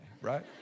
right